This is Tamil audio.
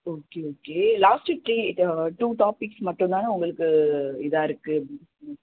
okay okay last week three uh two topics மட்டும் தானே உங்களுக்கு இதாயிருக்கு